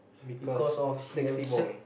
because of he have